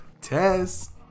test